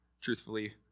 truthfully